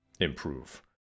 improve